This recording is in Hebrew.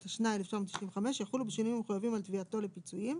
התשנ"ה-1995 יחולו בשינויים המחויבים על תביעתו לפיצויים".